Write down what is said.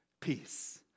peace